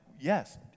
yes